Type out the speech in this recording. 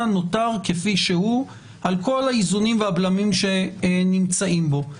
נותר כפי שהוא על כל האיזונים והבלמים שנמצאים בו.